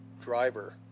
driver